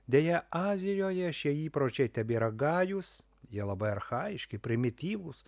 deja azijoje šie įpročiai tebėra gajūs jie labai archajiški primityvūs